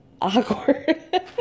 awkward